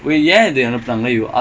எப்டி:epdi vet பண்ணனும்:pannanum